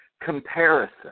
comparison